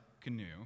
canoe